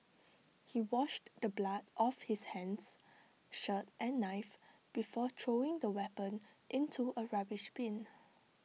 he washed the blood off his hands shirt and knife before throwing the weapon into A rubbish bin